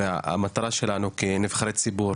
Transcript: והמטרה שלנו כנבחרי ציבור